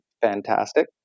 fantastic